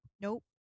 Nope